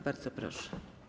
Bardzo proszę.